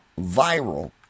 viral